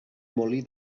molí